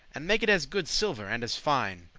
and make it as good silver, and as fine,